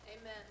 Amen